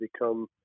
become